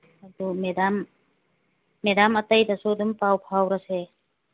ꯑꯗꯨ madam madam ꯑꯇꯩꯗꯁꯨ ꯑꯗꯨꯝ ꯄꯥꯎ ꯐꯥꯎꯔꯁꯦ